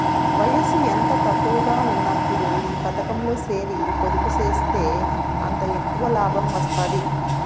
వయసు ఎంత తక్కువగా ఉన్నప్పుడు ఈ పతకంలో సేరి పొదుపు సేస్తే అంత ఎక్కవ లాబం వస్తాది